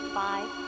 five